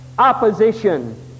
Opposition